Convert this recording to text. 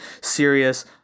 serious